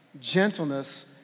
gentleness